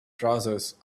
trousers